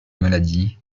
maladies